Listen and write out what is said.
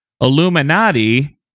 Illuminati